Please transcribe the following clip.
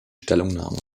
stellungnahme